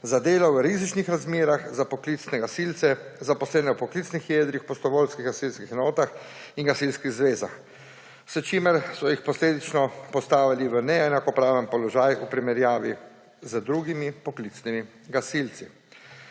za delo v rizičnih razmerah za poklicne gasilce, zaposlene v poklicnih jedrih prostovoljskih gasilskih enotah in gasilskih zvezah, s čimer so jih posledično postavili v neenakopraven položaj v primerjavi z drugimi poklicnim gasilci.